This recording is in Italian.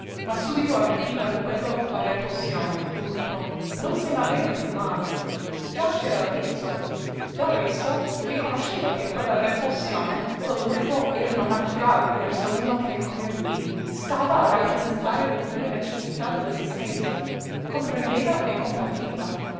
ma subito avvertiva in quello la repulsione l'urto non se n'aveva per male già c'era avvezzo del resto riconosceva che quella repulsione quell'urto erano naturali verso uno che come lui stava a rappresentare le dure necessità dell'esistenza comprendeva e compativa